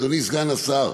אדוני סגן השר,